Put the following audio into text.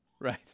Right